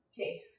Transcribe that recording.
Okay